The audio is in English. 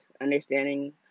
understanding